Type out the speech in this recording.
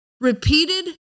Repeated